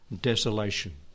desolation